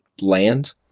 land